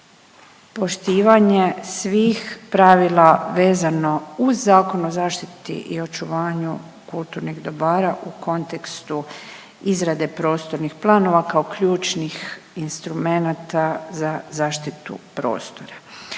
poštivanje svih pravila vezano uz Zakon o zaštiti i očuvanju kulturnih dobara u kontekstu izrade prostornih planova kao ključnih instrumenta za zaštitu prostora.